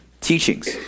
teachings